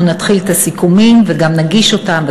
נתחיל את הסיכומים וגם נגיש אותם,